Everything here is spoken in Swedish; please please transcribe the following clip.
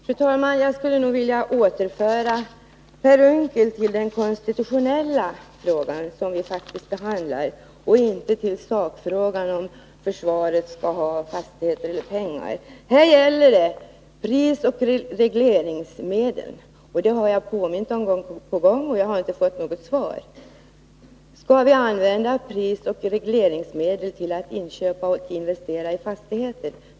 Fru talman! Jag skulle nog vilja återföra Per Unckel till den konstitutionella frågan, som vi faktiskt behandlar, och att han alltså lämnar sakfrågan om försvaret skall ha fastigheter eller pengar. Här gäller det prisregleringsmedel, och jag har inte fått något svar på min fråga: Skall vi använda prisregleringsmedel till att investera i fastigheter?